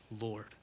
Lord